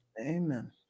Amen